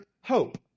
hope